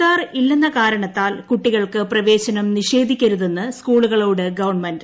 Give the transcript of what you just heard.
ആധാർ ഇല്ലെന്ന കാരണത്താൽ കുട്ടികൾക്ക് പ്രവേശനം നിഷേധിക്കരുതെന്ന് സ്കൂളുകളോട് ഗവൺമെന്റ്